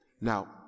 Now